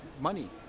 money